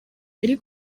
yari